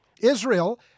Israel